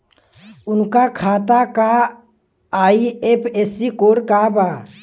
उनका खाता का आई.एफ.एस.सी कोड का बा?